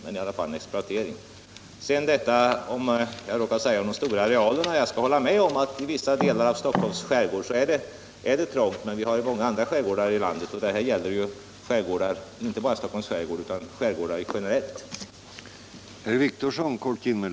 Jag råkade säga något om stora arealer, men jag skall hålla med om att i vissa delar av Stockholms skärgård är det trångt. Vi har dock många — Nr 107 andra skärgårdar här i landet, och detta gäller ju skärgårdar generellt. Onsdagen den